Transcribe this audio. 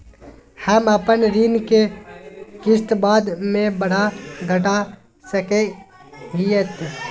हम अपन ऋण के किस्त बाद में बढ़ा घटा सकई हियइ?